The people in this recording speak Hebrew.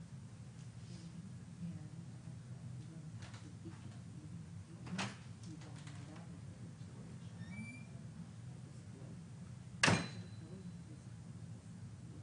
הממונה